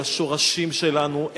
אל השורשים שלנו,